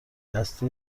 دست